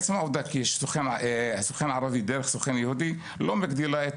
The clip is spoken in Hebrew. עצם העבודה של סוכן ערבי דרך סוכן יהודי לא מגדילה את